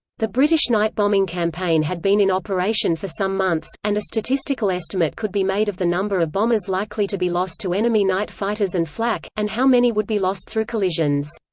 the british night bombing campaign had been in operation for some months, and a statistical estimate could be made of the number of bombers likely to be lost to enemy night fighters and flak, and how many would be lost through collisions.